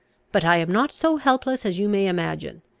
but i am not so helpless as you may imagine.